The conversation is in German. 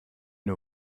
nur